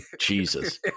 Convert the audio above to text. Jesus